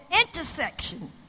intersection